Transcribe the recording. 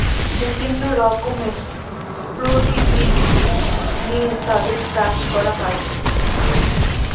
বিভিন্ন রকমের poultry breed নিয়ে তাদের চাষ করা হয়